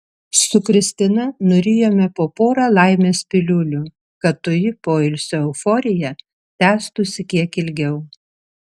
su kristina nurijome po porą laimės piliulių kad toji poilsio euforija tęstųsi kiek ilgiau